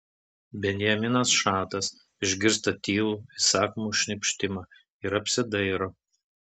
benjaminas šatas išgirsta tylų įsakmų šnypštimą ir apsidairo